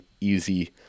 easy